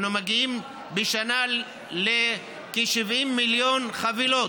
אנחנו מגיעים בשנה לכ-70 מיליון חבילות,